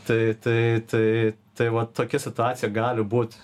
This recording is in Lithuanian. tai tai tai tai va tokia situacija gali būt